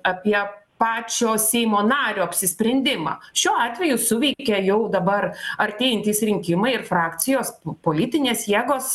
apie pačio seimo nario apsisprendimą šiuo atveju suveikė jau dabar artėjantys rinkimai ir frakcijos politinės jėgos